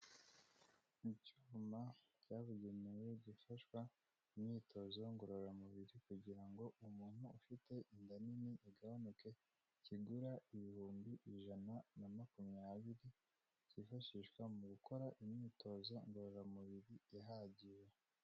Ni icyuma cyabugenewe gifasha mu myitozo ngororamubiri kugira ngo umuntu ufite inda nini igabanuke, kigura ibihumbi ijana na makumyabiri, kifashishwa mu gukora imyitozo ngororamubiri ihagije.